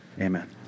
Amen